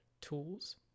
tools